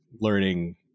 learning